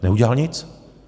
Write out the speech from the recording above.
Neudělal nic.